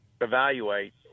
evaluate